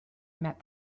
met